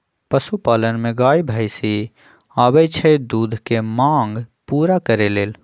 पशुपालन में गाय भइसी आबइ छइ दूध के मांग पुरा करे लेल